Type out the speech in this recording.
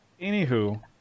Anywho